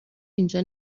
اینجا